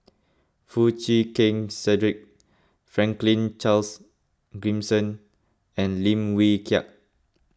Foo Chee Keng Cedric Franklin Charles Gimson and Lim Wee Kiak